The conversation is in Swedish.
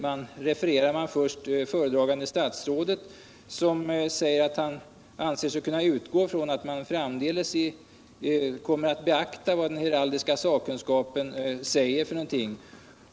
Där refereras föredragande statsrådet, som säger att han anser sig kunna utgå från att man framdeles kommer att beakta den heraldiska sakkunskapens synpunkter.